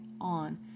on